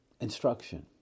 instruction